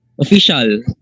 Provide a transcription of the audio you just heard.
Official